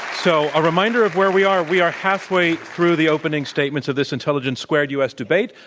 so a reminder of where we are. we are halfway through the opening statements of this intelligence squared u. s. debate.